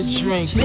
drink